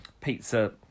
pizza